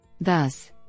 Thus